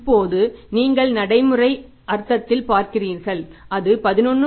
இப்போது நீங்கள் நடைமுறை அர்த்தத்தில் பார்க்கிறீர்கள் அது 11